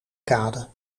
kade